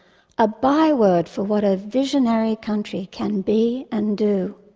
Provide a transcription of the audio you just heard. a byword for what a visionary country can be and do?